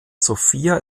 sophia